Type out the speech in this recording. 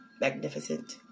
magnificent